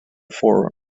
four